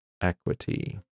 equity